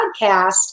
podcast